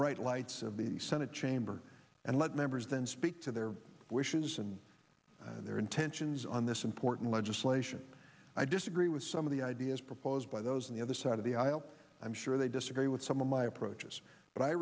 bright lights of the senate chamber and let members then speak to their wishes and their intentions on this important legislation i disagree with some of the ideas proposed by those on the other side of the aisle i'm sure they disagree with some of my approaches but i